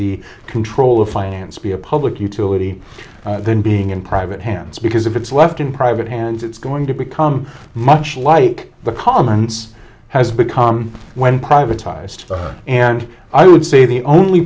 the control of finance be a public utility than being in private hands because if it's left in private hands it's going to become much like the comments has become when privatized and i would say the only